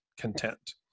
content